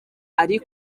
ari